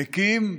מקים,